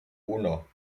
uno